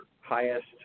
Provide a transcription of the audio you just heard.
highest